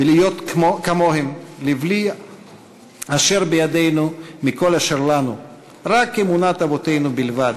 ולהיות כמוהם לבלי השאר בידינו מכל אשר לנו רק אמונת אבותינו בלבד,